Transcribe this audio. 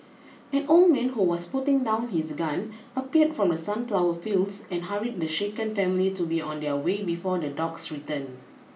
an old man who was putting down his gun appeared from the sunflower fields and hurried the shaken family to be on their way before the dogs return